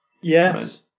Yes